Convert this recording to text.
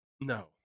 No